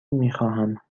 میخواهم